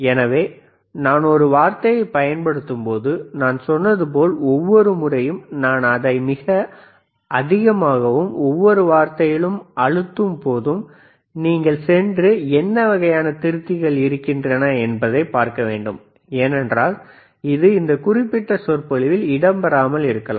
எனவே நான் ஒரு வார்த்தையைப் பயன்படுத்தும் போது நான் சொன்னது போல் ஒவ்வொரு முறையும் நான் அதை மிக அதிகமாகவும் ஒவ்வொரு வார்த்தையிலும் அழுத்தும் போது நீங்கள் சென்று என்ன வகையான திருத்திகள் இருக்கின்றன என்று பார்க்க வேண்டும் ஏனென்றால் இது இந்த குறிப்பிட்ட சொற்பொழிவில் இடம்பெறாமல் இருக்கலாம்